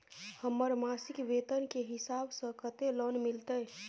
हमर मासिक वेतन के हिसाब स कत्ते लोन मिलते?